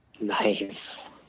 Nice